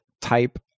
type